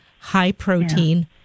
high-protein